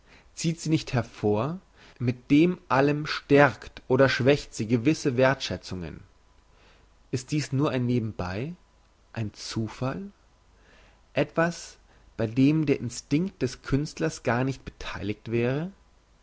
zieht sie nicht hervor mit dem allen stärkt oder schwächt sie gewisse werthschätzungen ist dies nur ein nebenbei ein zufall etwas bei dem der instinkt des künstlers gar nicht betheiligt wäre